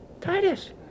Titus